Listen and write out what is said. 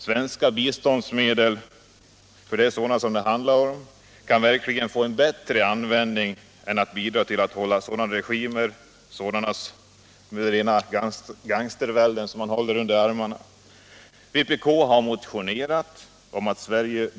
Svenska biståndsmedel — för det är sådana det handlar om — kan verkligen få en bättre användning än att bidra till att hålla sådana regimer, sådana rena gangstervälden, under armarna. Herr talman!